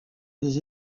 des